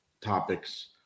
topics